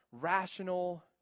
rational